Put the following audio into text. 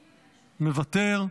מוותר,